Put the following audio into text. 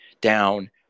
down